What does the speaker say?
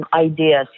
ideas